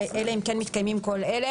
אלא אם כן מתקיימים כל אלה: